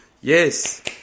yes